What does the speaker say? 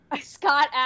Scott